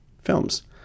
films